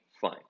Fine